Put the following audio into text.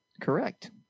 Correct